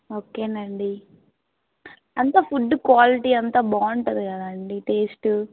ఓకేనండి అంతా food quality అంతా బావుంటుంది కదాండి టేస్టూ